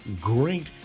great